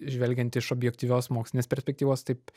žvelgiant iš objektyvios mokslinės perspektyvos taip